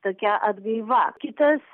tokia atgaiva kitas